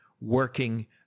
working